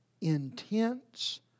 intense